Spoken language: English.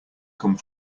come